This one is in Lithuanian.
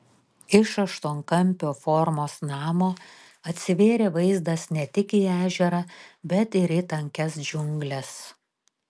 iš aštuonkampio formos namo atsivėrė vaizdas ne tik į ežerą bet ir į tankias džiungles